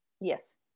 Yes